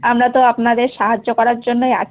আমরা তো আপনাদের সাহায্য করার জন্যই আছি